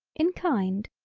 in kind,